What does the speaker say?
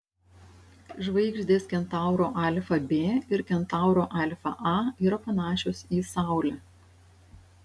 žvaigždės kentauro alfa b ir kentauro alfa a yra panašios į saulę